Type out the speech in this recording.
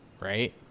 Right